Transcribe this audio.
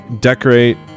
Decorate